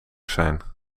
zijn